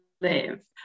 live